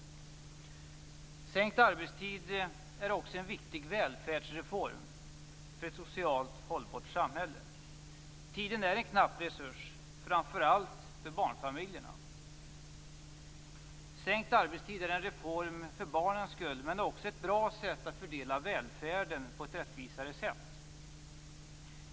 Sänkt arbetstid är också en viktig välfärdsreform för ett socialt hållbart samhälle. Tiden är en knapp resurs, framför allt för barnfamiljerna. Sänkt arbetstid är en reform för barnens skull, men det är också ett bra metod att fördela välfärden på ett rättvisare sätt.